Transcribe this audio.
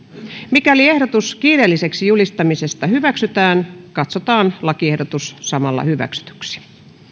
mikäli ehdotus kiireelliseksi julistamisesta hyväksytään katsotaan lakiehdotus samalla hyväksytyksi